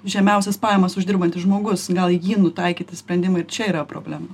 žemiausias pajamas uždirbantis žmogus gal jį nutaikyti sprendimui ir čia yra problema